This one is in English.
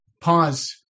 pause